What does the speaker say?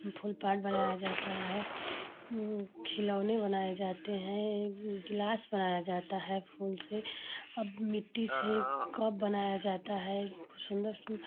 फूल pad बनाया जाता है खिलौने बनाए जाते हैं गिलास बनाया जाता है फूल से मिट्टी से कप बनाया जाता है सुन्दर सुन्दर